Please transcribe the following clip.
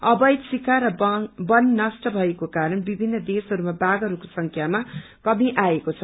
अवैध शिकार र वन नषट भएको कारण विभिन्न देशहरूमा वाषहरूको संख्याामा कमी अएको छ